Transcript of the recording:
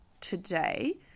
today